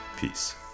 peace